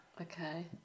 okay